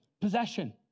Possession